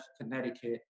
Connecticut